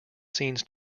scenes